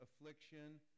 affliction